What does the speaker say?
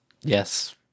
Yes